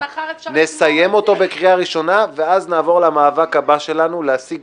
נסיים אותו בקריאה ראשונה ואז נעבור למאבק הבא שלנו - להשיג